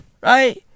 Right